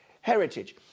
heritage